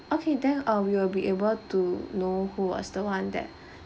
okay then uh we will be able to know who was the one that